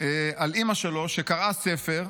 על אימא שלו שקראה ספר,